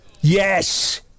Yes